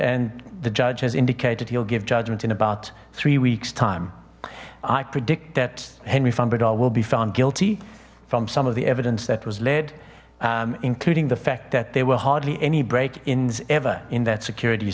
and the judge has indicated he'll give judgment in about three weeks time i predict that henry from badal will be found guilty from some of the evidence that was led including the fact that they were hardly any break ins ever in that security